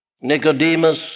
Nicodemus